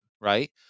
right